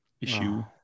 issue